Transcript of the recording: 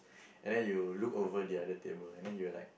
and then you look over the other table and then you're like